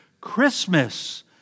Christmas